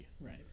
Right